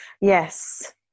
Yes